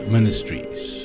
Ministries